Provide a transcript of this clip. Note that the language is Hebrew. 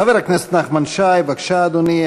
חבר הכנסת נחמן שי, בבקשה, אדוני.